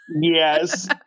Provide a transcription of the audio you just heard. Yes